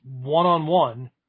one-on-one